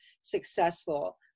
successful